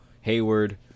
Hayward